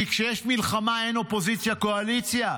כי כשיש מלחמה אין אופוזיציה קואליציה.